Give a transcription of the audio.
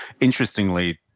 Interestingly